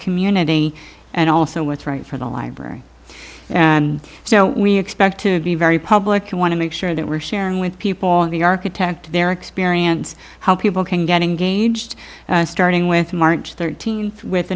community and also what's right for the library and so we expect to be very public i want to make sure that we're sharing with people all of the architect their experience how people can get engaged starting with march thirteenth with